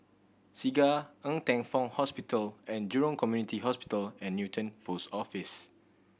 Segar Ng Teng Fong Hospital And Jurong Community Hospital and Newton Post Office